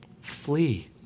Flee